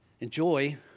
enjoy